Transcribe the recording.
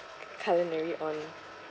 culinaryon